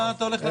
מה אתה הולך.